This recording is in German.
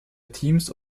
teams